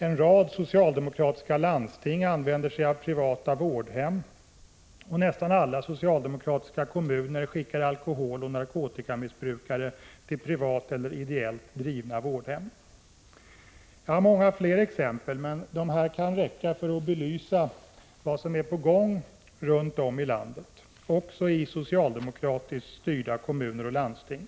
En rad socialdemokratiska landsting använder sig av privata vårdhem, och nästan alla socialdemokratiska kommuner skickar alkoholoch narkotikamissbrukare till privata eller ideellt drivna vårdhem. Jag har många fler exempel, men dessa kan räcka för att belysa vad som är på gång runt om i landet, också i socialdemokratiskt styrda kommuner och landsting.